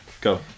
Go